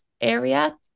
area